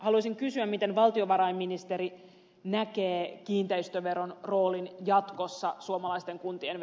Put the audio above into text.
haluaisin kysyä miten valtiovarainministeri näkee kiinteistöveron roolin jatkossa suomalaisten kuntien